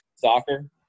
soccer